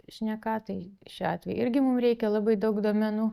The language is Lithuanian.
šneka tai šiuo atveju irgi mum reikia labai daug duomenų